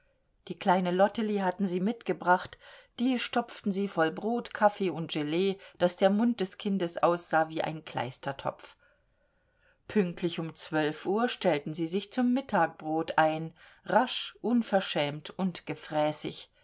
die kleine lottely hatten sie mitgebracht die stopften sie voll brot kaffee und gelee daß der mund des kindes aussah wie ein kleistertopf pünktlich um zwölf uhr stellten sie sich zum mittagbrot ein rasch unverschämt und gefräßig